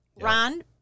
Ron